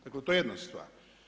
Dakle, to je jedna stvar.